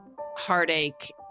heartache